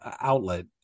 outlet